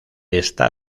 está